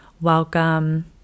welcome